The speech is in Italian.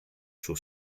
suo